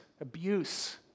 abuse